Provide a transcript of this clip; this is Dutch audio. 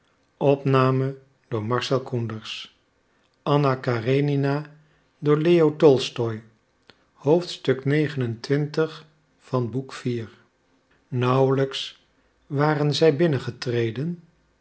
nauwelijks waren zij binnengetreden